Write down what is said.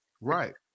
Right